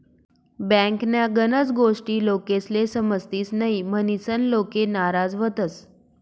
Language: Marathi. बँकन्या गनच गोष्टी लोकेस्ले समजतीस न्हयी, म्हनीसन लोके नाराज व्हतंस